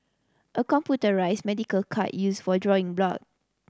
a computerised medical cart used for drawing blood